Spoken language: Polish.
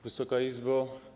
Wysoka Izbo!